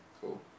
cool